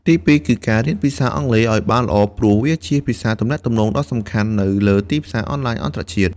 ទីពីរ គឺ រៀនភាសាអង់គ្លេស ឱ្យបានល្អព្រោះវាជាភាសាទំនាក់ទំនងដ៏សំខាន់នៅលើទីផ្សារអនឡាញអន្តរជាតិ។